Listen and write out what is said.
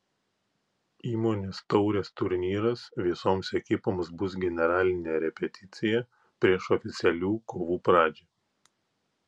įmonės taurės turnyras visoms ekipoms bus generalinė repeticija prieš oficialių kovų pradžią